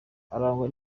arangwa